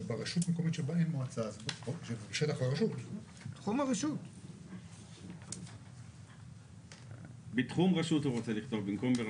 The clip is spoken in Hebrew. ממונה על מערך לאסדרת הכשרות 2כג. השר ימנה עובד